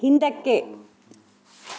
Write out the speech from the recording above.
ಹಿಂದಕ್ಕೆ